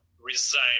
resign